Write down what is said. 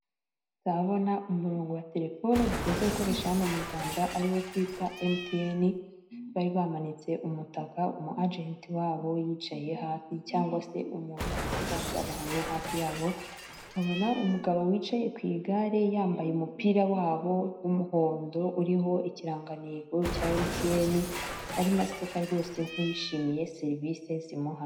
Ndabona umurongo wa telefone dukunze gukoresha hano mu Rwanda ari wo twita emutiyene, bari bamanitse umutaka umu ajeti wabo yicaye hasi cyangwa se umuntu ufasha abantu hafi yabo, tukabona umugabo wicaye ku igare yambaye umupira wabo w'umuhondo uriho ikirangantego cya emutiyene arimo ateka rwose nk'uwishimiye serivisi zimuha.